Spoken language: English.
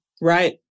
right